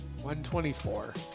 124